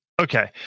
okay